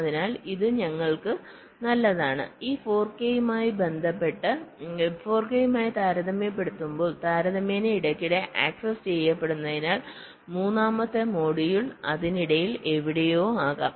അതിനാൽ ഇത് ഞങ്ങൾക്ക് നല്ലതാണ് ഈ 4 കെയുമായി താരതമ്യപ്പെടുത്തുമ്പോൾ താരതമ്യേന ഇടയ്ക്കിടെ ആക്സസ് ചെയ്യപ്പെടുന്നതിനാൽ മൂന്നാമത്തെ മൊഡ്യൂൾ അതിനിടയിൽ എവിടെയോ ആകാം